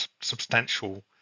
substantial